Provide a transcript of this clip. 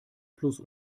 plus